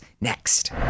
next